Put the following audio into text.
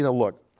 and look,